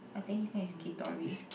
I think his name is Kitori